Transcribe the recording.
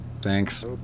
Thanks